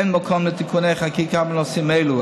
אין מקום לתיקוני חקיקה בנושאים אלה.